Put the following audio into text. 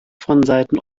vonseiten